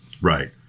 Right